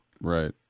Right